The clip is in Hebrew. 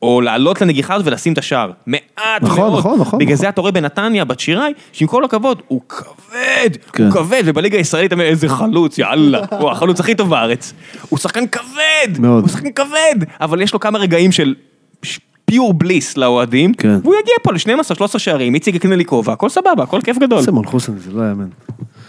או לעלות לנגיחה ולשים את השער. מעט מאוד, בגלל זה אתה רואה בנתניה, בת שיראי, שהיא עם כל הכבוד, הוא כבד! הוא כבד, ובליגה הישראלית אמר, איזה חלוץ, יאללה. הוא החלוץ הכי טוב בארץ. הוא שחקן כבד, הוא שחקן כבד! אבל יש לו כמה רגעים של פיור בליס לאוהדים, והוא יגיע פה ל-12-13 שערים, איציק יקנה לי כובע, הכל סבבה, הכל כיף גדול. איזה מנחוס סמון חוסן, זה לא היה מנת.